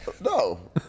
no